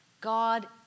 God